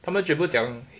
他们全部讲